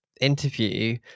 interview